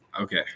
Okay